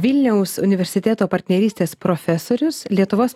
vilniaus universiteto partnerystės profesorius lietuvos